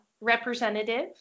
representative